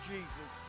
Jesus